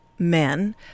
Men